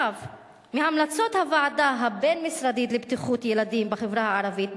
מהמלצות הוועדה הבין-משרדית לבטיחות ילדים בחברה הערבית,